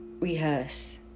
rehearse